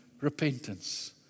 repentance